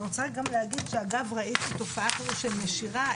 אני רוצה גם להגיד שאגב ראיתי תופעה כזו של נשירה,